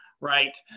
right